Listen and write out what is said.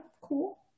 cool